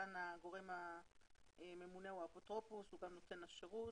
כאן הגורם הממונה הוא האפוטרופוס והוא גם נותן השירות.